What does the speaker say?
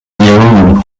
yahoo